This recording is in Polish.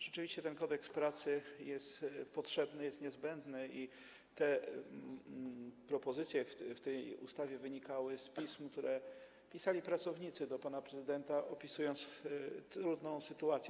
Rzeczywiście ten Kodeks pracy jest potrzeby, jest niezbędny i te propozycje w tej ustawie wynikały z pism, które pisali pracownicy do pana prezydenta, opisując trudną sytuację.